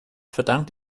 verdankt